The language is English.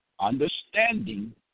Understanding